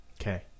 Okay